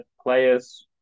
players